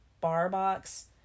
Barbox